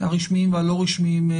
הרשמיים והלא רשמיים,